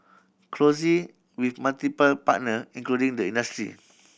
closely with multiple partner including the industry